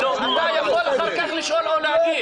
אתה יכול אחר כך לשאול או להגיב.